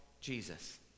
Jesus